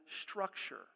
structure